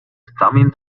замын